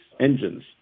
engines